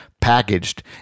packaged